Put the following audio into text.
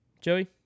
Joey